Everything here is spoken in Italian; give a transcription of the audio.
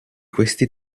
questi